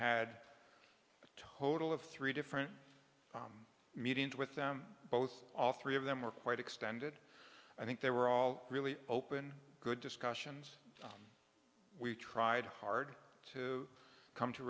had a total of three different meetings with them both all three of them were quite extended i think they were all really open good discussions we tried hard to come to